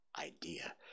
idea